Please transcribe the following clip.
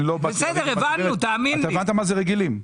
הבנת מה זה רגילים?